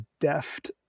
deft